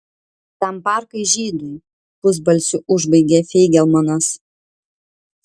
tam parkai žydui pusbalsiu užbaigė feigelmanas